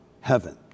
heaven